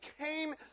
came